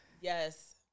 yes